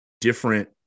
different